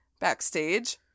backstage